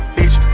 Bitch